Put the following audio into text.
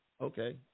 okay